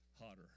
hotter